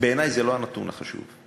בעיני זה לא הנתון החשוב.